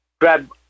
grab